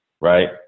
right